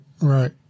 right